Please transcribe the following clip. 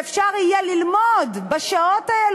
שאפשר יהיה ללמוד בשעות האלה,